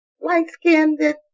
light-skinned